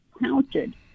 counted